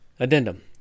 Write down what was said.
Addendum